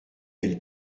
elle